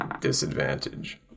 disadvantage